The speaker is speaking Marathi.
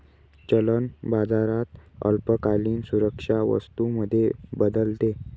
चलन बाजारात अल्पकालीन सुरक्षा वस्तू मध्ये बदलते